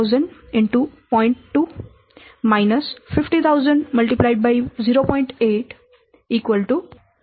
8 100000000 થશે